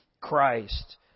Christ